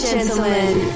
Gentlemen